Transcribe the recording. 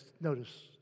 notice